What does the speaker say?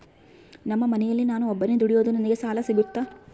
ನಮ್ಮ ಮನೆಯಲ್ಲಿ ನಾನು ಒಬ್ಬನೇ ದುಡಿಯೋದು ನನಗೆ ಸಾಲ ಸಿಗುತ್ತಾ?